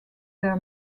their